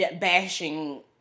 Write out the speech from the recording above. bashing